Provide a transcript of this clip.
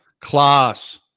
class